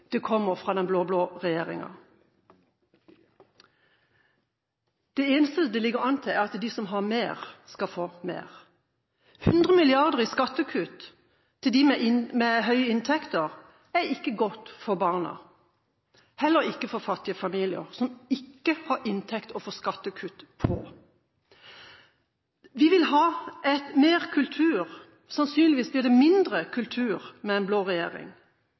som kommer fra den blå-blå regjeringen. Det eneste det ligger an til, er at de som har mer, skal få mer. 100 mrd. kr i skattekutt til dem med høye inntekter er ikke godt for barna – heller ikke for fattige familier, som ikke har en inntekt å få skattekutt på. Vi vil ha mer kultur. Sannsynligvis blir det mindre kultur med en blå regjering.